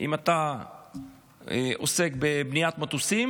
אם אתה עוסק בבניית מטוסים